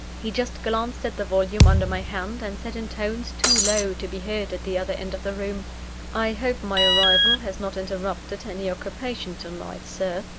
he just glanced at the volume under my hand, and said in tones too low to be heard at the other end of the room i hope my arrival has not interrupted any occupation to-night, sir.